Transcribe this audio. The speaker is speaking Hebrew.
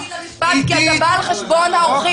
כי אתה בא על חשבון האורחים.